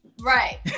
right